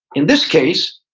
in this case,